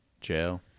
Jail